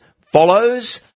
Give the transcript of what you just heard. follows